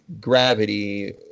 gravity